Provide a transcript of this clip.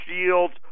yields